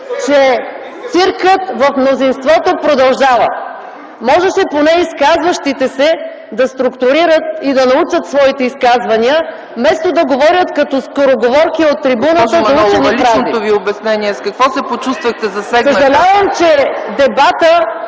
че циркът в мнозинството продължава. Можеше поне изказващите се да структурират и да научат своите изказвания вместо да говорят от трибуната като скороговорки заучени фрази.